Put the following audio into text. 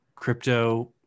Crypto